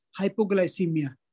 hypoglycemia